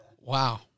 Wow